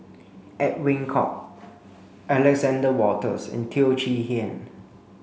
Edwin Koek Alexander Wolters and Teo Chee Hean